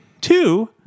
two